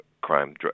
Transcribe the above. crime